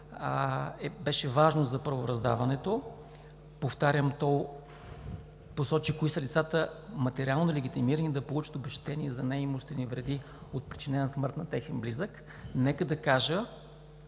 беше важно за правораздаването. Повтарям, то посочи кои са лицата, материално легитимирани да получат обезщетение за неимуществени вреди от причинена смърт на техен близък. Нека да кажа,